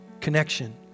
connection